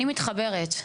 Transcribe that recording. אני מתחברת.